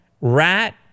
rat